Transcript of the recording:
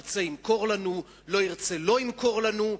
ירצה, ימכור לנו, לא ירצה, לא ימכור לנו.